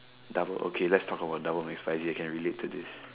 double okay let's talk about double McSpicy I can relate to this